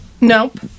Nope